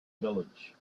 village